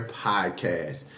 podcast